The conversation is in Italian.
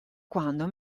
quando